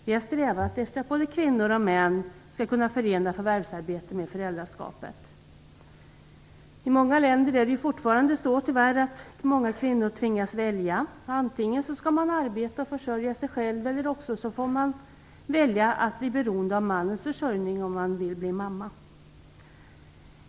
Vi har strävat efter att både kvinnor och män skall kunna förena förvärvsarbete med föräldraskap. I många länder tvingas tyvärr kvinnor fortfarande att välja, antingen skall man arbeta och försörja sig själv eller också får man bli beroende av mannens försörjning om man vill bli mamma.